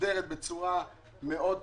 מסודר בצורה טובה מאוד.